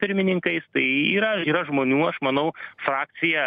pirmininkais tai yra yra žmonių aš manau frakcija